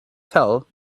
fell